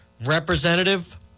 Representative